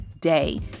day